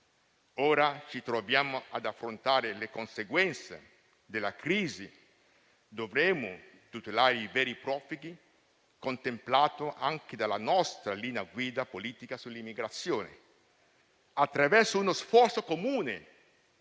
Ora ci troviamo ad affrontare le conseguenze della crisi. Dovremo tutelare i veri profughi, come contemplato anche dalle linee guida della nostra politica sull'immigrazione, attraverso uno sforzo comune